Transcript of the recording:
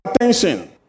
attention